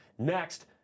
Next